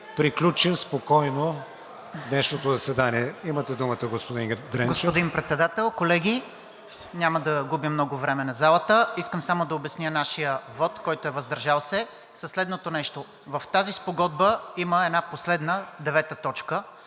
приключим спокойно днешното заседание. Имате думата, господин Дренчев.